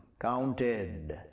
counted